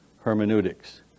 hermeneutics